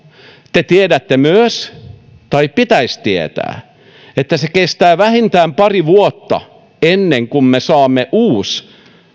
te tiedätte myös tai teidän pitäisi tietää että se kestää vähintään pari vuotta ennen kuin me saamme uuden